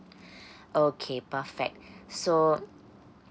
okay perfect so